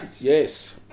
Yes